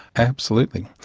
absolutely.